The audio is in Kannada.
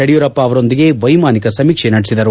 ಯಡಿಯೂರಪ್ಪ ಅವರೊಂದಿಗೆ ವೈಮಾನಿಕ ಸಮೀಕ್ಷೆ ನಡೆಸಿದರು